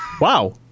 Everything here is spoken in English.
Wow